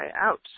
out